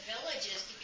villages